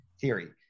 theory